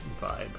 vibe